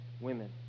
women